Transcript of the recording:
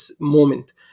moment